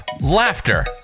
laughter